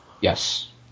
Yes